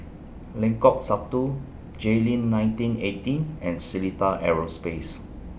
Lengkok Satu Jayleen nineteen eighteen and Seletar Aerospace